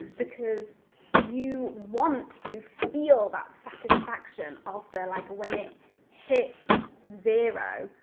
because you want to feel that satisfaction of their like when it hits zero,